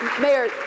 Mayor